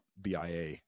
BIA